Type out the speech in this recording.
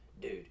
dude